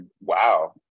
Wow